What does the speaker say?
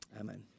Amen